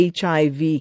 HIV